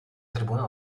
tribuna